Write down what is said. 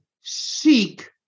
seek